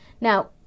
Now